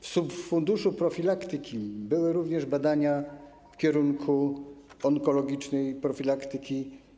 W subfunduszu profilaktyki były również badania w kierunku onkologicznej profilaktyki.